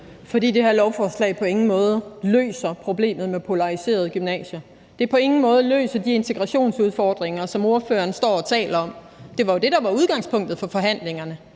fordi det her lovforslag på ingen måde løser problemet med polariserede gymnasier. Det løser på ingen måde de integrationsudfordringer, som ordføreren står og taler om. Det var jo det, der var udgangspunktet for forhandlingerne.